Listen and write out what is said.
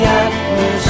atmosphere